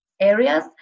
areas